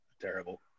terrible